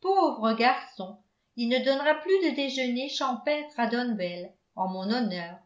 pauvre garçon il ne donnera plus de déjeuner champêtre à donwell en mon honneur